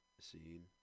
scene